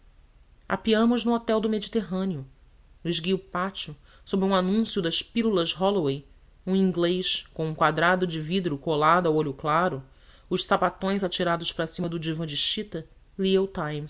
apeamos no hotel do mediterrâneo no esguio pátio sob um anúncio das pílulas holloway um inglês com um quadrado de vidro colado ao olho claro os sapatões atirados para cima do divã de chita lia